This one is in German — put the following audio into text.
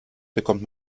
bekommt